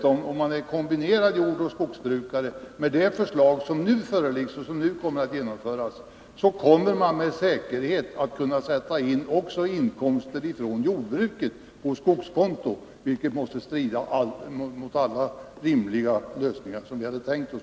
Om man är kombinerad jordoch skogsbrukare kommer man dessutom, med de förslag som nu föreligger och som kommer att genomföras, med säkerhet att på skogskonto kunna sätta in också inkomster från jordbruket, vilket måste strida mot alla rimliga lösningar som vi hade tänkt oss.